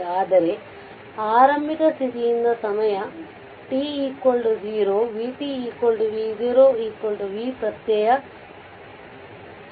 ಆದರೆ ಆರಂಭಿಕ ಸ್ಥಿತಿಯಿಂದ ಸಮಯ t0 vtv0V ಪ್ರತ್ಯಯ 0